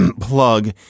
plug